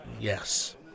Yes